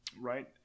Right